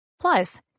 Plus